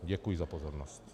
Děkuji za pozornost.